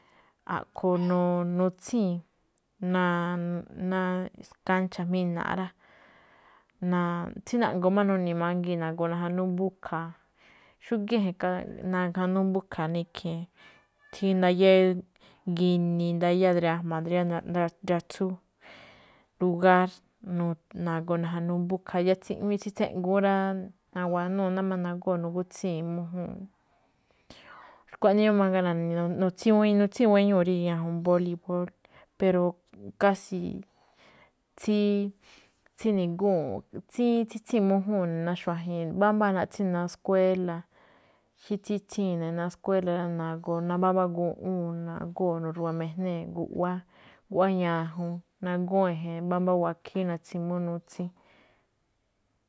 A̱ꞌkhuo̱n nutsíi̱n, ná káncha̱ jmína̱a̱ꞌ rá, tsí na̱ꞌngo̱o̱ máꞌ nuni̱i̱ mangii̱n, nagoo najanúú mbúkha̱a̱, xúgíin e̱je̱n najanúú mbúkha̱a̱ ná ikhii̱n, tsí ndayá ginii, tsí ndayá riajma̱a̱, tsí ndayá riatsúu, lugar nagoo najanúú mbúkha̱a̱, tsí iꞌwíin tsíꞌngu̱ún rá. Nawanúu̱ máꞌ nagóo̱ gútsii̱n mújúu̱n. Xkuaꞌnii máꞌ mangaa nutsíi̱n guéñuu̱ rí ñajuun bóli̱bóól, pero kási̱, tsí tsíni̱gúu̱nꞌ, tsítsín mújúu̱n ná xuajen, mbámbáa naꞌtsín ná skuéla̱. Xí tsítsíi̱n ne̱ ná skuéla̱ rá. Nagoo mbámbá guꞌwúu̱n nagóo̱ nu̱ru̱wa mijnée̱ guꞌwáá, guꞌwá ñajun nagóó e̱je̱n mbámbá wakíí natsimúú nutsín.